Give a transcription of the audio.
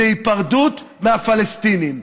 וזה היפרדות מהפלסטינים,